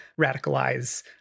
radicalize